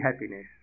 happiness